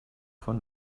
von